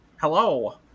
Hello